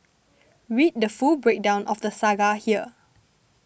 read the full breakdown of the saga here